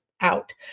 out